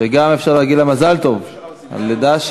שגם אפשר להגיד לה מזל טוב על הלידה,